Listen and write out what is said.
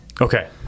Okay